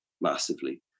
massively